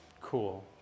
cool